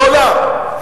מעולם.